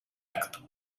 acto